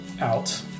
out